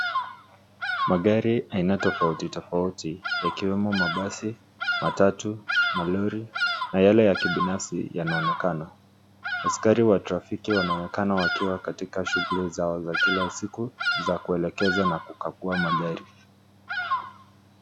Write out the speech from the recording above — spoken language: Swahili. Magari aina tofautitofauti yakiwemo mabasi, matatu, malori na yale ya kibinafsi yanaonekana. Askari wa trafiki wanaonekana wakiwa katika shughuli zao za kila siku za kuelekeza na kukagua magari.